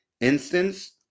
instance